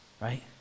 Right